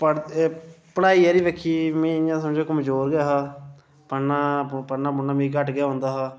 पढ़दे पढ़ाई आह्ली बक्खी में इ'यां समझो कमजोर गै हा पढ़ना पढ़ना पुढ़ना मिगी घट्ट गै औंदा हा